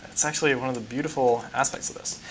that's actually one of the beautiful aspects of this.